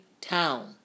town